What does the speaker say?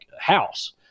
house